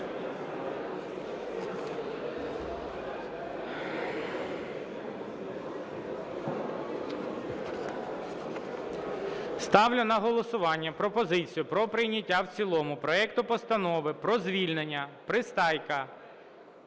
Ставлю на голосування пропозицію про прийняття в цілому проекту Постанови про звільнення Пристайка